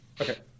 Okay